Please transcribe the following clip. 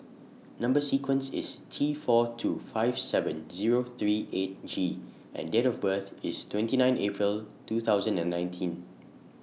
Number sequence IS T four two five seven Zero three eight G and Date of birth IS twenty nine April two thousand and nineteen